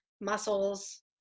muscles